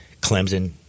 Clemson